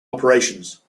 operations